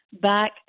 back